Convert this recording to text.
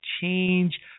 change